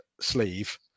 sleeve